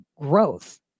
growth